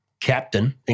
captain